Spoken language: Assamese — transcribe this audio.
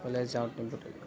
ওলাই যাওঁ